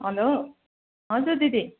हलो हजुर दिदी